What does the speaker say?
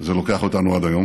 זה לוקח אותנו עד היום.